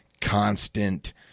constant